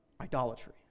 idolatry